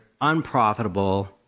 unprofitable